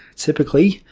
typically,